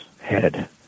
head